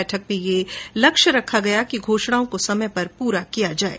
बैठक में यह लक्ष्य रखा गया कि घोषणाओं को समय पर पूरा किया जाये